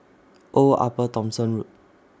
Old Upper Thomson Road